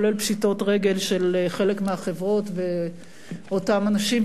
כולל פשיטות רגל של חלק מהחברות ואותם אנשים,